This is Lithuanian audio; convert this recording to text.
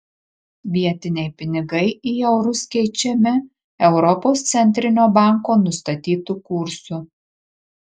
vietiniai pinigai į eurus keičiami europos centrinio banko nustatytu kursu